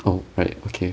oh right okay